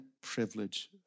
privilege